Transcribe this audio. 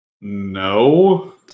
No